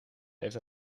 heeft